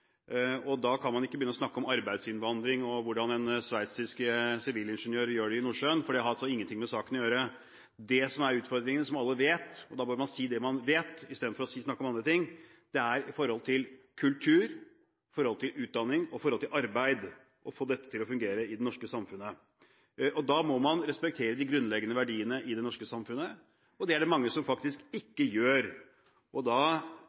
sammen. Da kan man ikke begynne å snakke om arbeidsinnvandring og hvordan en sveitsisk sivilingeniør gjør det i Nordsjøen, for det har altså ingenting med saken å gjøre. Det som er utfordringen, som alle vet – og man bør si det man vet, i stedet for å snakke om andre ting – gjelder kultur, utdanning og arbeid, og å få dette til å fungere i det norske samfunnet. Da må man respektere de grunnleggende verdiene i det norske samfunnet. Det er det faktisk mange som ikke gjør. Da